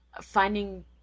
finding